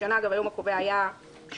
השנה גם היום הקובע היה שבת,